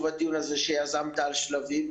הדיון שיזמת על "שלבים" הוא מאוד מאוד חשוב,